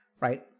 right